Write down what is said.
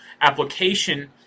application